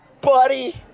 Buddy